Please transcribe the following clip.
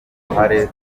ruhare